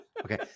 Okay